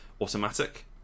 automatic